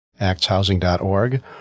actshousing.org